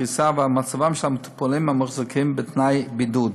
הפריסה והמצב של המטופלים המוחזקים בתנאי בידוד.